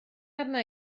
arna